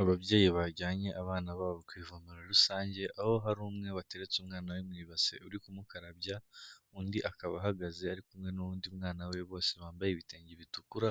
Ababyeyi bajyanye abana babo ku ivoma rusange, aho hari umwe wateretse umwana we mu ibase uri kumukarabya, undi akaba ahagaze ari kumwe n'undi mwana we bose bambaye ibitenge bitukura,